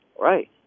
Right